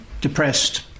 depressed